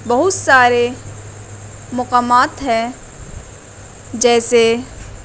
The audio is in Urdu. بہت سارے مقامات ہیں جیسے